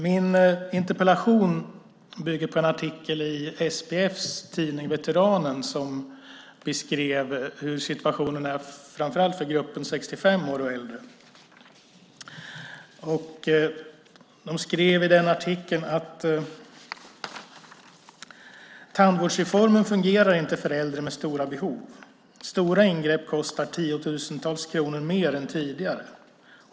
Min interpellation bygger på en artikel i SPF:s tidning Veteranen som beskrev hur situationen ser ut framför allt för gruppen 65 år och äldre. I den artikeln skrev de att tandvårdsreformen inte fungerar för äldre med stora behov. Stora ingrepp kostar tiotusentals kronor mer än tidigare.